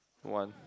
one